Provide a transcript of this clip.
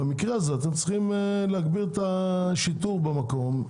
במקרה הזה, אתם צריכים להגביר את השיטור במקום.